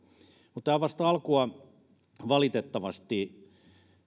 mutta tämä on vasta alkua valitettavasti